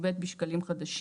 טור ב: בשקלים חדשים.